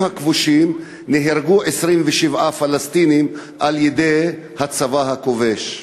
הכבושים 27 פלסטינים על-ידי הצבא הכובש.